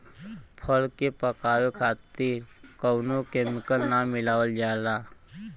फल के पकावे खातिर कउनो केमिकल ना मिलावल जाला